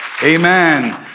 Amen